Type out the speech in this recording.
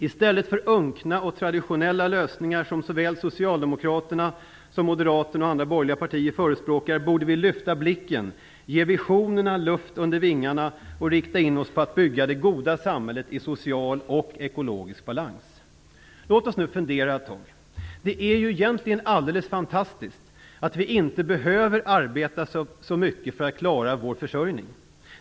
I stället för unkna och traditionella lösningar som såväl Socialdemokraterna som Moderaterna och andra borgerliga partier förespråkar borde vi lyfta blicken, ge visionerna luft under vingarna och rikta in oss på att bygga det goda samhället i social och ekologisk balans. Låt oss fundera ett tag. Det är egentligen alldeles fantastiskt att vi inte behöver arbeta så mycket för att klara vår försörjning.